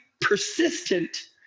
persistent